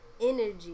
energy